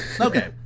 Okay